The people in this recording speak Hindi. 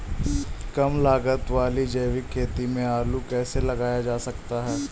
कम लागत वाली जैविक खेती में आलू कैसे लगाया जा सकता है?